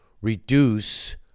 reduce